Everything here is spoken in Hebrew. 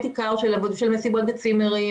וכאן מדובר במסיבות בצימרים,